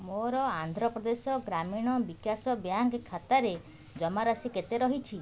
ମୋର ଆନ୍ଧ୍ରପ୍ରଦେଶ ଗ୍ରାମୀଣ ବିକାଶ ବ୍ୟାଙ୍କ୍ ଖାତାରେ ଜମାରାଶି କେତେ ରହିଛି